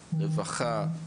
רווחה,